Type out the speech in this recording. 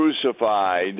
crucified